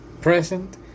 present